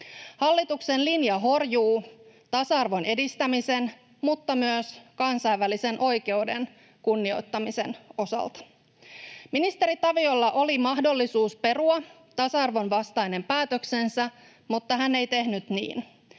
Hallituksen linja horjuu tasa-arvon edistämisen mutta myös kansainvälisen oikeuden kunnioittamisen osalta. Ministeri Taviolla oli mahdollisuus perua tasa-arvon vastainen päätöksensä, mutta hän ei tehnyt niin.